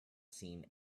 seen